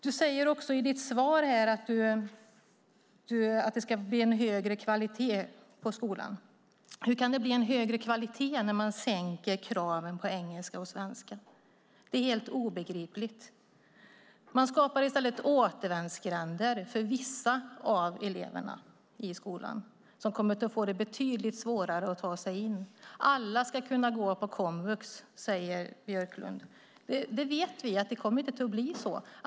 Du säger i ditt svar att det ska bli en högre kvalitet på skolan. Hur kan det bli en högre kvalitet när man sänker kraven på engelska och svenska? Det är helt obegripligt. Man skapar i stället återvändsgränder för vissa av eleverna i skolan som kommer att få betydligt svårare att ta sig in. Alla ska kunna gå på komvux, säger Björklund. Vi vet att det inte kommer att bli så.